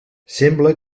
sembla